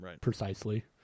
Precisely